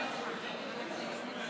גם את זה